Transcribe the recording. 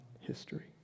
history